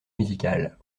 musicale